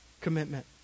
commitment